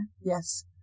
Yes